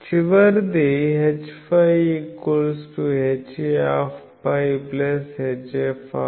చివరిది Hφ φ φ